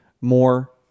more